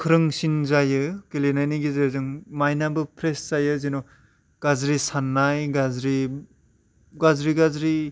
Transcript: गोख्रोंसिन जायो गेलेनायनि गेजेरजों माइन्टआबो फ्रेस जायो जेन' गाज्रि सान्नाय गाज्रि गाज्रि गाज्रि